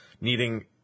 needing